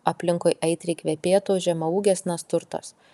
aplinkui aitriai kvepėtų žemaūgės nasturtos